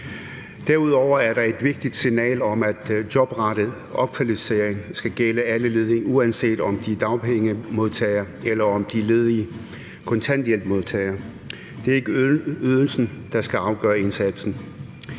Derudover er der et vigtigt signal om, at jobrettet opkvalificering skal gælde alle ledige, uanset om de er dagpengemodtagere, eller om de er ledige kontanthjælpsmodtagere. Det er ikke ydelsen, der skal afgøre indsatsen.